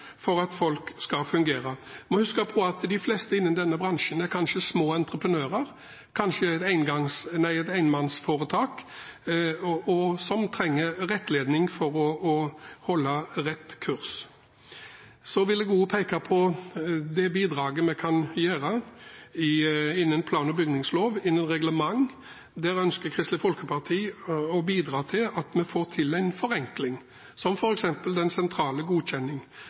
for at folk skal fungere. Vi må huske på at de fleste innen denne bransjen er kanskje små entreprenører, kanskje enmannsforetak, som trenger rettledning for å holde rett kurs. Så vil jeg også peke på det bidraget vi kan gjøre innen plan- og bygningsloven, innen reglement. Der ønsker Kristelig Folkeparti å bidra til at vi får til en forenkling, som f.eks. den sentrale godkjenning.